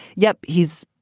yep, he's